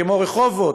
כמו רחובות,